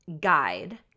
guide